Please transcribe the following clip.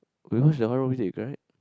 wait which the horror movies that you cried